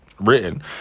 written